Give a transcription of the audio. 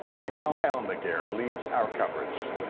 miguel almaguer leads our coverage.